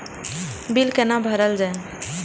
Bill कैना भरल जाय?